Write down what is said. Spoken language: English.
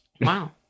Wow